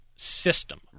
System